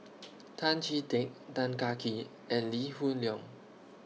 Tan Chee Teck Tan Kah Kee and Lee Hoon Leong